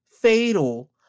fatal